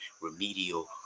remedial